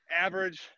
average